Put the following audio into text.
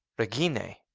regina!